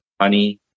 honey